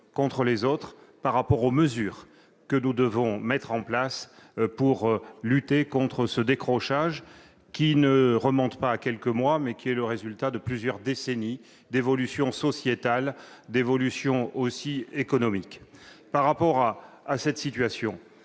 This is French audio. contre les autres s'agissant des mesures que nous devons mettre en place pour lutter contre ce décrochage, lequel ne remonte pas à quelques mois, mais est le résultat de plusieurs décennies d'évolutions sociétales et économiques. Par rapport à cette situation,